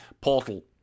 portal